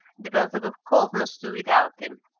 the beelzebub colt must do without him.